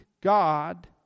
God